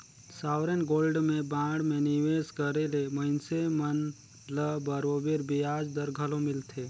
sovereign gold में bond में निवेस करे ले मइनसे मन ल बरोबेर बियाज दर घलो मिलथे